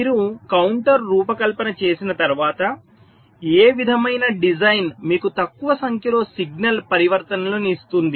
మీరు కౌంటర్ రూపకల్పన చేసిన తర్వాత ఏ విధమైన డిజైన్ మీకు తక్కువ సంఖ్యలో సిగ్నల్ పరివర్తనలను ఇస్తుంది